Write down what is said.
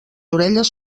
orelles